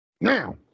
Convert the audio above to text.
Now